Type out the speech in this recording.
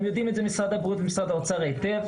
ומשרד הבריאות ומשרד האוצר יודעים את זה היטב,